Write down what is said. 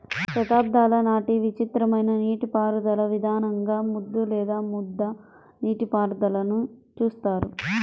శతాబ్దాల నాటి విచిత్రమైన నీటిపారుదల విధానంగా ముద్దు లేదా ముద్ద నీటిపారుదలని చూస్తారు